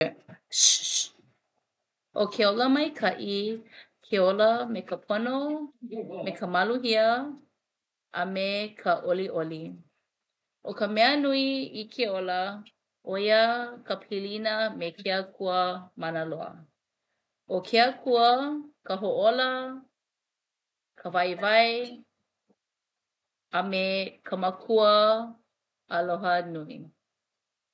'O ke ola maika'i ke ola me ka pono, ka maluhia a me ka 'oli'oli. 'O ka mea nui i ke ola 'o ia ka pilina me ke Akua mana loa. 'O ke Akua ka hōʻola, ka waiwai a me ka Makua aloha nui.